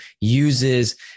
uses